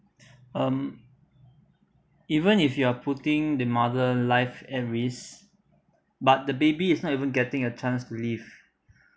um even if you are putting the mother life at risk but the baby is not even getting a chance to live